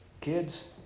kids